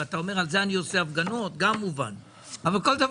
ואתה אומר: על זה אני עושה הפגנות גם מובן.